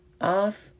Off